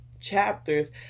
chapters